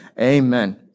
amen